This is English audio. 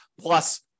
plus